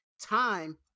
time